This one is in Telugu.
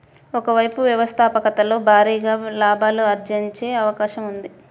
ఒక వైపు వ్యవస్థాపకతలో భారీగా లాభాలు ఆర్జించే అవకాశం ఉంది